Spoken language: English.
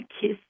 kiss